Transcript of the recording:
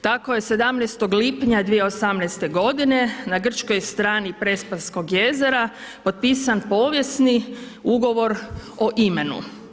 Tako je 17. lipnja 2018. godine na Grčkoj strani Prespanskog jezera potpisan povijesni ugovor o imenu.